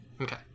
okay